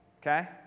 Okay